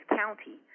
county